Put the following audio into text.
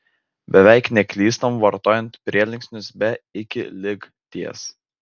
beveik neklystama vartojant prielinksnius be iki lig ties